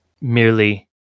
merely